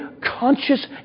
conscious